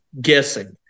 guessing